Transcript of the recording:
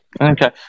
Okay